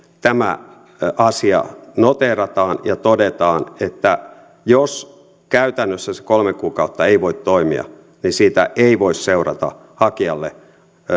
tämä asia noteerataan ja todetaan että jos käytännössä se kolme kuukautta ei voi toimia niin siitä ei voi seurata hakijalle